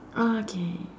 ah K